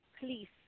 please